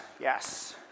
yes